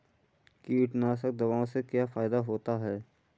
कीटनाशक दवाओं से क्या फायदा होता है?